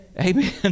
Amen